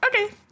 Okay